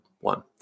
one